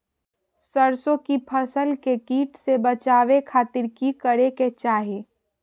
सरसों की फसल के कीट से बचावे खातिर की करे के चाही?